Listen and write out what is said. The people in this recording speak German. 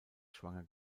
schwanger